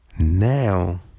Now